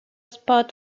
spot